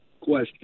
question